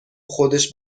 خودش